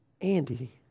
Andy